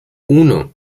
uno